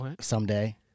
someday